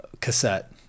cassette